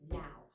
now